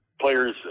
players